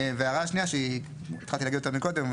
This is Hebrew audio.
והערה שנייה שהתחלתי להגיד אותה מקודם,